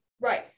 Right